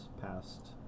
past